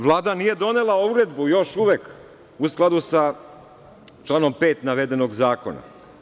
Vlada nije donela uredbu još uvek u skladu sa članom 5. navedenog zakona.